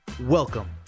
Welcome